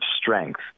strength